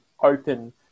open